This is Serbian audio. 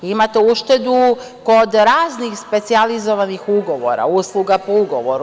Imate uštedu kod raznih specijalizovanih ugovora, usluga po ugovoru.